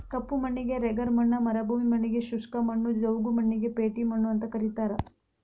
ಕಪ್ಪು ಮಣ್ಣಿಗೆ ರೆಗರ್ ಮಣ್ಣ ಮರುಭೂಮಿ ಮಣ್ಣಗೆ ಶುಷ್ಕ ಮಣ್ಣು, ಜವುಗು ಮಣ್ಣಿಗೆ ಪೇಟಿ ಮಣ್ಣು ಅಂತ ಕರೇತಾರ